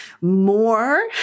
more